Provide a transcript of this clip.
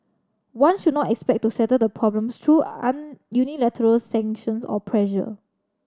one should not expect to settle the problems through unilateral sanctions or pressure